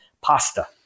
pasta